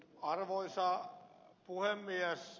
arvoisa puhemies